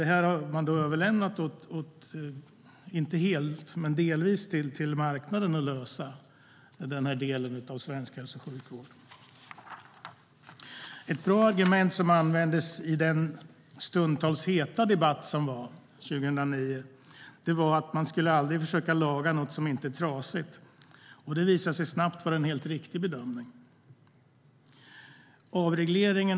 Detta har delvis överlämnats till marknaden att lösa. Ett bra argument som användes i den stundtals heta debatt som fördes 2009 var att man aldrig skulle försöka att laga något som inte är trasigt, och det visade sig snabbt vara en helt riktig bedömning.